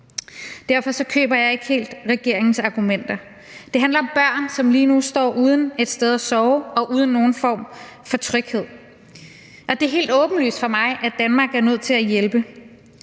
Derfor køber jeg ikke helt regeringens argumenter. Det handler om børn, som lige nu står uden et sted at sove og uden nogen form for tryghed. Det er helt åbenlyst for mig, at Danmark er nødt til at hjælpe,